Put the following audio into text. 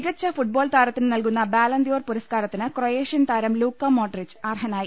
മികച്ച ഫുട്ബോൾ താരത്തിന് നൽകുന്ന ബാലൺദ്യോർ പുര സ്കാരത്തിന് ക്രൊയേഷ്യൻ താരം ലൂക്കാ മോഡ്രിച്ച് അർഹനായി